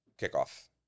kickoff